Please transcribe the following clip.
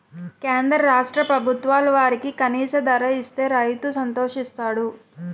కేంద్ర రాష్ట్ర ప్రభుత్వాలు వరికి కనీస ధర ఇస్తే రైతు సంతోషిస్తాడు